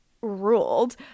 ruled